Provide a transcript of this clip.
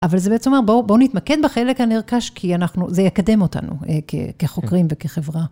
אבל זה בעצם אומר בואו נתמקד בחלק הנרכש כי אנחנו, זה יקדם אותנו כחוקרים וכחברה.